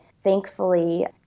Thankfully